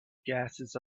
gases